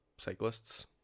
cyclists